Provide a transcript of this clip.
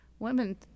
Women